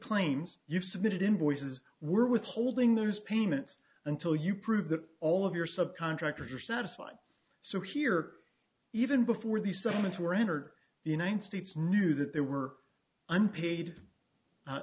claims you've submitted invoices we're withholding those payments until you prove that all of your subcontractors are satisfied so here even before the settlements were entered the united states knew that there were unpaid